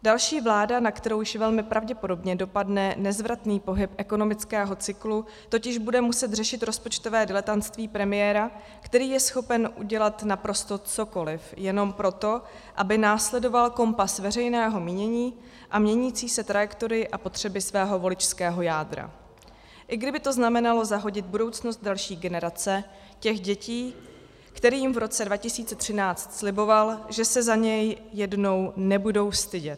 Další vláda, na kterou již velmi pravděpodobně dopadne nezvratný pohyb ekonomického cyklu, totiž bude muset řešit rozpočtové diletantství premiéra, který je schopen udělat naprosto cokoliv jenom proto, aby následoval kompas veřejného mínění a měnící se trajektorii a potřeby svého voličského jádra, i kdyby to znamenalo zahodit budoucnost další generace, těch dětí, kterým v roce 2013 sliboval, že se za něj jednou nebudou stydět.